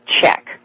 check